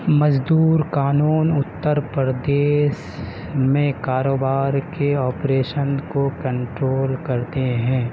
مزدور قانون اتر پردیش میں کاروبار کے آپریشن کو کنٹرول کرتے ہیں